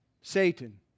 Satan